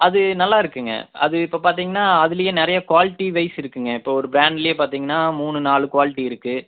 அது நல்லாயிருக்குங்க அது இப்போ பார்த்தீங்கன்னா அதுலையே நிறையா குவாலிட்டி வைஸ் இருக்கும்ங்க இப்போ ஒரு பிராண்ட்லையே பார்த்தீங்கன்னா மூணு நாலு குவாலிட்டி இருக்கு